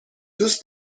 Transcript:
دوست